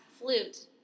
Flute